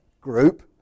group